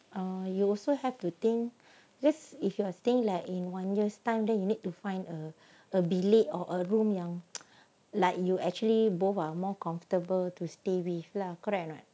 err you also have to think this if you are staying like in one year's time then you need to find a a bilik or a room yang like you actually both are more comfortable to stay with lah correct or not